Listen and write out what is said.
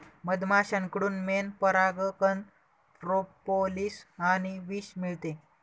मधमाश्यांकडून मेण, परागकण, प्रोपोलिस आणि विष मिळते